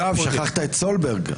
יואב, שכחת את השופט סולברג...